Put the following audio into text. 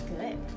Good